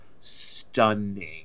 stunning